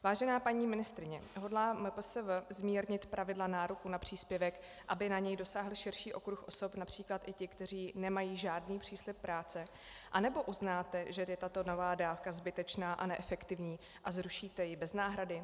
Vážená paní ministryně, hodlá MPSV zmírnit pravidla nároku na příspěvek, aby na něj dosáhl širší okruh osob, například i ti, kteří nemají žádný příslib práce, anebo uznáte, že je tato nová dávka zbytečná a neefektivní a zrušíte ji bez náhrady?